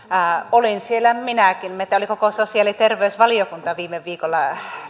olin siellä minäkin meitä oli koko sosiaali ja terveysvaliokunta viime viikolla